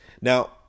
Now